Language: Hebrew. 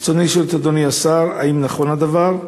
רצוני לשאול את אדוני השר: 1. האם נכון הדבר?